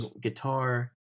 guitar